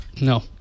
No